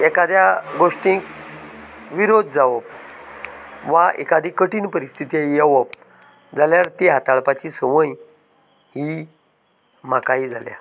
एखाद्या गोष्टीक विरोध जावप वा एकादी कठीण परिस्थीती येवप जाल्यार ती हाताळपाची संवय ही म्हाकाय जाल्या